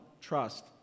trust